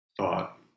thought